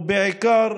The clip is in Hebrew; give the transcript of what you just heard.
ובעיקר,